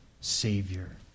savior